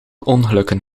ongelukken